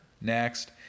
Next